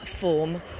form